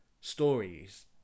stories